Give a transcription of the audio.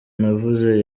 navuze